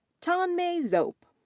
tanmay zope.